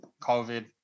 COVID